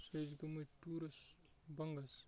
أسۍ ٲسۍ گٔمٕتۍ ٹوٗرَس بَنٛگَس